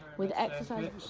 with exercises.